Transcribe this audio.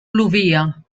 plovia